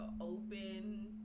open